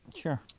Sure